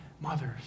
mothers